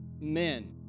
men